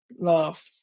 love